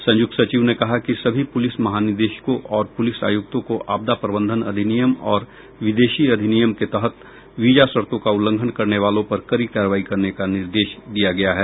संयुक्त सचिव ने कहा कि सभी पुलिस महानिदेशकों और पुलिस आयुक्तों को आपदा प्रबंधन अधिनियम और विदेशी अधिनियम के तहत वीजा शर्तो का उल्लंघन करने वालों पर कड़ी कार्रवाई करने का निर्देश दिया गया है